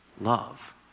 love